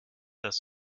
das